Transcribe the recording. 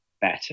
better